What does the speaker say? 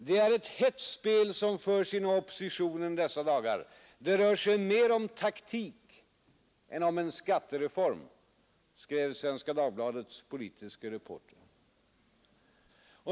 ”Det är ett hett spel som förs inom oppositonen dessa dagar, det rör sig mera om taktik än om en skattereform”, skrev Svenska Dagbladets politiske reporter.